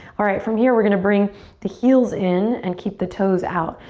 alright, from here we're gonna bring the heels in and keep the toes out.